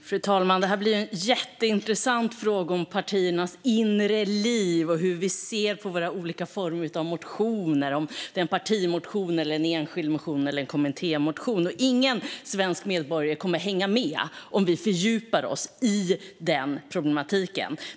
Fru talman! Detta blir en jätteintressant fråga om partiernas inre liv och hur vi ser på våra olika typer av motioner - om det är en partimotion, en kommittémotion eller en enskild motion. Men ingen svensk medborgare kommer att hänga med om vi fördjupar oss i denna problematik.